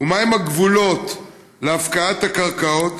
ומהם הגבולות להפקעת הקרקעות,